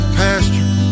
pasture